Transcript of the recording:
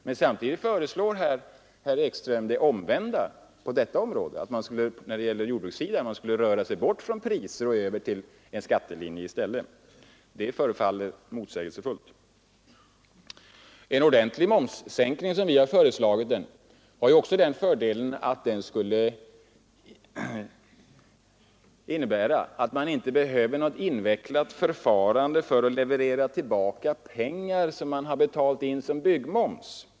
Men samtidigt föreslår herr Ekström här det omvända förhållandet när det gäller jordbrukssidan: man skulle röra sig bort från priser och över till en skattelinje. Det förefaller motsägelsefullt. En ordentlig momssänkning, som vi föreslagit, har också fördelen att man inte behöver något invecklat förfarande för att leverera tillbaka pengar som betalts in i form av byggmoms.